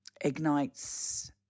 ignites